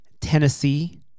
Tennessee